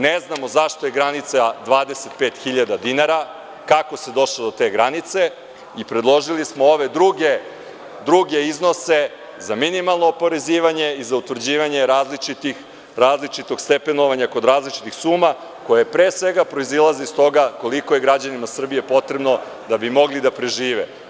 Ne znamo zašto je granica 25 hiljada dinara, kako se došlo do te granice i predložili smo ove druge iznose za minimalno oporezivanje i za utvrđivanje različitog stepenovanja kod različitih suma koje, pre svega, proizilazi iz toga koliko je građanima Srbije potrebno da bi mogli da prežive.